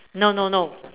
no no no